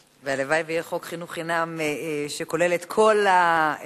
והלוואי שיהיה חוק חינוך חינם שכולל את כל המעטפת,